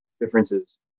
differences